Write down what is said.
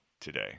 today